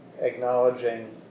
acknowledging